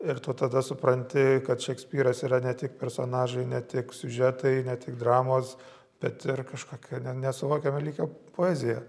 ir tu tada supranti kad šekspyras yra ne tik personažai ne tik siužetai ne tik dramos bet ir kažkokia ne nesuvokiamo lygio poezija